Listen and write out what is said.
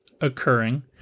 occurring